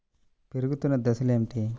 పెరుగుతున్న దశలు ఏమిటి?